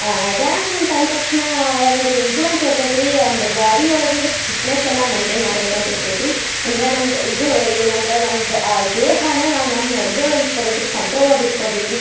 dance ಅಂತ ಅಂದ ತಕ್ಷಣ ಒಂದು ಇದು ಅಂತ ಇರ್ತೈತೆ ರಿ ಒಂದು ಬಾಡಿ ಒಳಗಿಂದು ಫಿಟ್ನೆಸ್ ಎಲ್ಲ ಮೇಯ್ನ್ಟೇನ್ ಮಾಡ್ಬೇಕಂತ ಇರ್ತೈತೆ ರಿ ಅಂದ್ರೆ ನಮ್ದು ಇದು ಏನಂದ್ರೆ ನಮ್ದು ಆ ದೇಹನ ನಾವು ನಮ್ಮ ಇದ್ರೊಳಗೆ ಇಟ್ಕೊಬೇಕು ರಿ ಕಂಟ್ರೋಲಾಗ ಇಟ್ಕೊಬೇಕು ರಿ